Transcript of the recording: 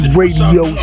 radio